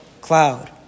cloud